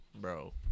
Bro